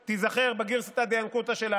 שרוצים לבטל את הרוב היהודי של המדינה,